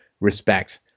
respect